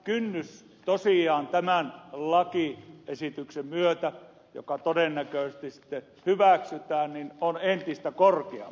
kynnys tosiaan tämän lakiesityksen myötä joka todennäköisesti sitten hyväksytään on entistä korkeampi